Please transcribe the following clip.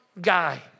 guy